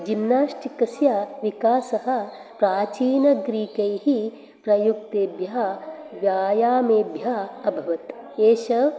जिम्नास्टिकस्य विकासः प्राचीनग्रीकैः प्रयुक्तेभ्यः व्यायामेभ्यः अभवत् येष